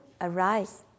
arise